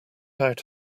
out